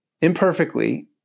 imperfectly